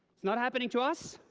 it's not happening to us,